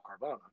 Carvana